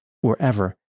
wherever